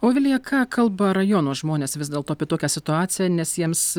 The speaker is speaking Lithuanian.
o vilija ką kalba rajono žmonės vis dėlto apie tokią situaciją nes jiems